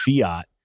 fiat